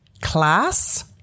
class